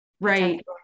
Right